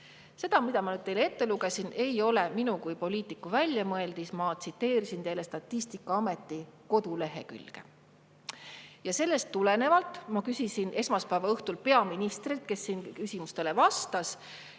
See, mis ma nüüd teile ette lugesin, ei olnud minu kui poliitiku väljamõeldis. Ma lugesin seda Statistikaameti koduleheküljelt. Sellest tulenevalt küsisin ma esmaspäeva õhtul peaministrilt, kes siin küsimustele vastas,